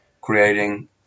creating